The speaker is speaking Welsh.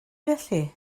felly